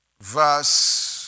verse